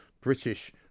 British